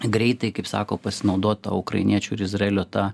greitai kaip sako pasinaudot ta ukrainiečių ir izraelio ta